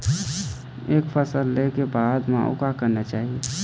एक फसल ले के बाद म अउ का करना चाही?